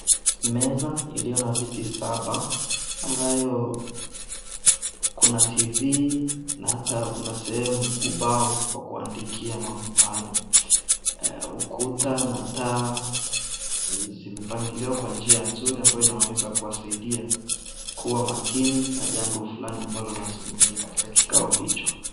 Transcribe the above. Meza iliyo na vitu saba ambayo kuna TV na hata kuna sehemu ya ubao wa kuandikia mambo maalum, ukuta na taa zimepangiliwa Kwa njia nzuri ambayo unaonyesha kuwasaidia kuwa majini na Jambo Fulani ambalo linazungumziwa katika kikao hicho.